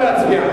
אפשר להצביע.